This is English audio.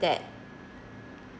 that